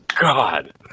God